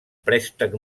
préstec